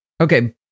Okay